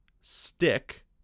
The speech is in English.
stick